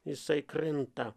jisai krinta